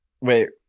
wait